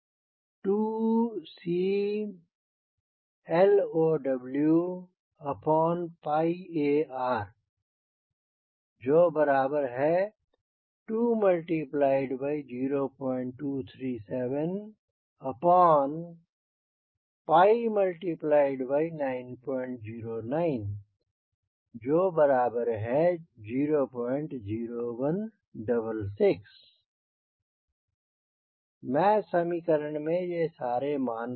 तो Cmot1074210iw it 02CL0WAR2023790900166 मैं समीकरण में ये सारे मान रखता हूँ